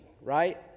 right